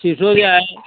सीसोदिया है